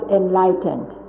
enlightened